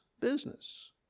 business